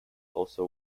also